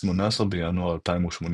18 בינואר 2018